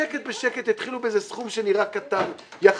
בשקט בשקט יתחילו באיזה סכום שנראה קטן יחסית,